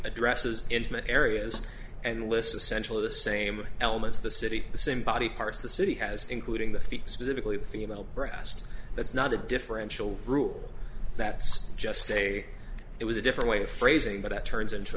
addresses intimate areas and lists of central of the same elements of the city the same body parts the city has including the feet specifically female breast that's not a differential rule that's just a it was a different way of phrasing but it turns into